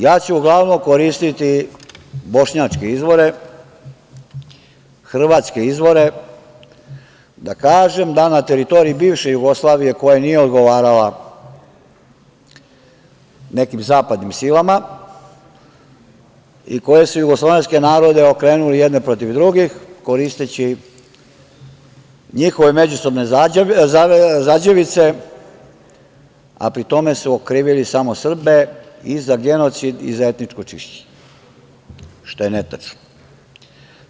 Ja ću uglavnom koristiti bošnjačke izvore, hrvatske izvore, da kažem da na teritoriji bivše Jugoslavije, koja nije odgovarala nekim zapadnim silama i koje su jugoslovenske narode okrenuli jedne protiv drugih, koristeći njihove međusobne zađevice, a pri tome su okrivili samo Srbe i za genocid i za etničko čišćenje, što je netačno.